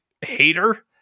hater